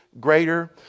greater